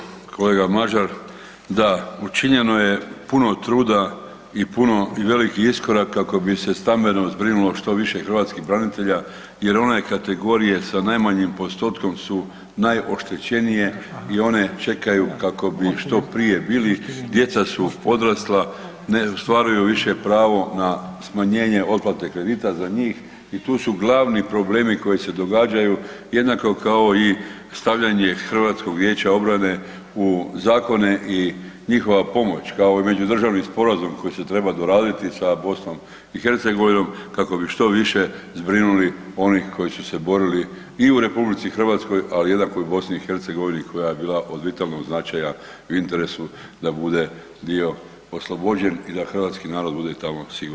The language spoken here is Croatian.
Hvala lijepa kolega Mažar, da učinjeno je puno truda i veliki iskorak kako bi stambeno zbrinulo što više hrvatskih branitelja jer one kategorije sa najmanjim postotkom su najoštećenije i one čekaju kako bi što prije bili, djeca su odrasla, ne stvaraju više pravo na otplate kredita za njih i tu su glavni problemi koji se događaju jednako kao i stavljanje HVO-a u zakone i njihova pomoć kao i međudržavnim sporazum koji se treba doraditi sa BiH-om kako bi što više zbrinuli onih koji su se borili u RH ali jednako i u BiH-u koja je bila od vitalnog značaja u interesu da bude oslobođen i da hrvatski narod bude tako siguran.